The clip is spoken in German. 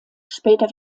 später